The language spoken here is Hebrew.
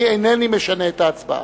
אני אינני משנה את ההצבעה.